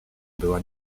była